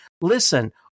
listen